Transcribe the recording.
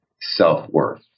self-worth